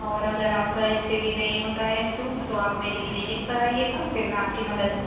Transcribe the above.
اور اگر آپ کا اِس سے بھی نہیں ہوتا ہے امپروب تو آپ میری کلینک پر آئیے گا پھر میں آپ کی مدد کر